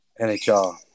NHL